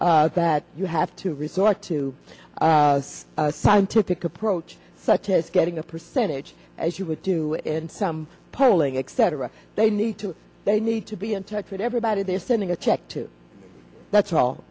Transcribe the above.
that you have to resort to a scientific approach such as getting a percentage as you would do and some polling excedrin they need to they need to be in touch with everybody they are sending a check to that's all